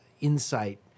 insight